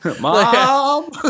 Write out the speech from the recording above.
Mom